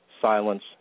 silence